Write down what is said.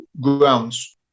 grounds